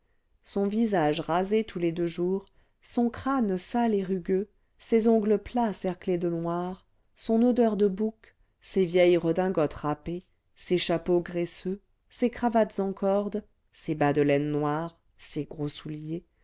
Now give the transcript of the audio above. son visage rasé tous les deux jours son crâne sale et rugueux ses ongles plats cerclés de noir son odeur de bouc ses vieilles redingotes râpées ses chapeaux graisseux ses cravates en corde ses bas de laine noirs ses gros souliers